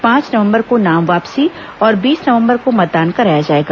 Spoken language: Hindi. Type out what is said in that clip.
पांच नवंबर को नाम वापसी और बीस नवंबर को मतदान कराया जाएगा